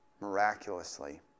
miraculously